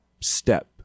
step